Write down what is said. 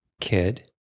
kid